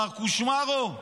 מר קושמרו,